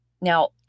Now